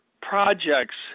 projects